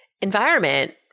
environment